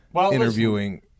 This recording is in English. interviewing